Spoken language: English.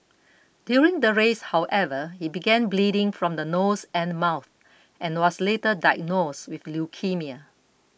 during the race however he began bleeding from the nose and mouth and was later diagnosed with leukaemia